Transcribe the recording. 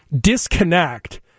disconnect